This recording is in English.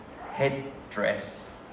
headdress